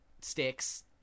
sticks